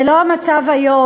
זה לא המצב היום.